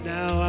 Now